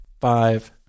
five